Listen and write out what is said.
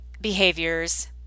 behaviors